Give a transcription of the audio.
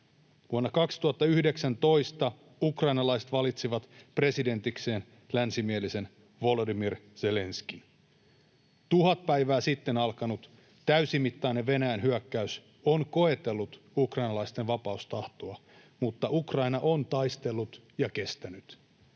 Vuonna 2019 ukrainalaiset valitsivat presidentikseen selkeän länsimielisen Volodymyr Zelenskyin. Tuhat päivää sitten alkanut täysimittainen Venäjän hyökkäys on koetellut ukrainalaisten vapaustahtoa, mutta Ukraina on taistellut ja kestänyt